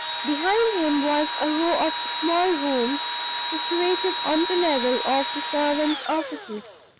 behind him was a row of small rooms situated on the level of the servants' offices.